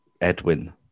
Edwin